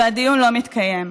והדיון לא מתקיים.